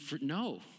no